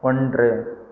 ஒன்று